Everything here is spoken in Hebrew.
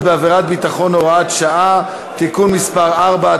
בעבירת ביטחון) (הוראת שעה) (תיקון מס' 4),